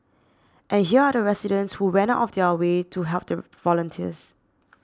and here are the residents who went out of their way to help the volunteers